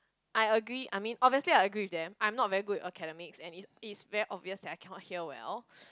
I agree I mean obviously I agree with them I'm not very good at academics and it's it's very obvious that I cannot hear well